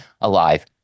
alive